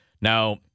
Now